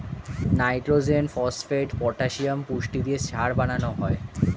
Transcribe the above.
nitrogen, phosphate, potassium পুষ্টি দিয়ে সার বানানো হয়